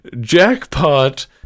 Jackpot